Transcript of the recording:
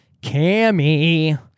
Cammy